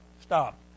Stop